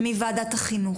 מוועדת החינוך,